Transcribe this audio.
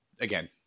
again